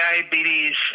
diabetes